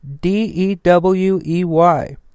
D-E-W-E-Y